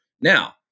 Now